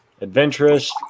adventurous